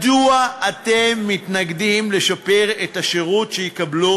אז מדוע אתם מתנגדים לשפר את השירות שיקבלו